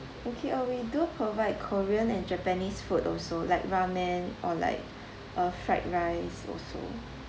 okay uh we do provide korean and japanese food also like ramen or like uh fried rice also